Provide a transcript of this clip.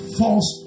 false